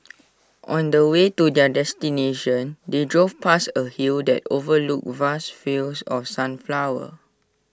on the way to their destination they drove past A hill that overlooked vast fields of sunflowers